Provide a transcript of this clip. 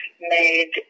made